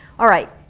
alright,